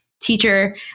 teacher